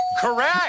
correct